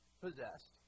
possessed